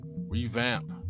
revamp